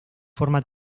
forma